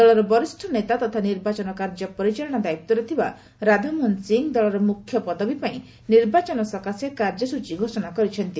ଦଳର ବରିଷ୍ଠ ନେତା ତଥା ନିର୍ବାଚନ କାର୍ଯ୍ୟ ପରିଚାଳନା ଦାୟିତ୍ୱରେ ଥିବା ରାଧାମୋହନ ସିଂ ଦଳର ମୁଖ୍ୟ ପଦବୀ ପାଇଁ ନିର୍ବାଚନ ସକାଶେ କାର୍ଯ୍ୟସ୍ଟଚୀ ଘୋଷଣା କରିଛନ୍ତି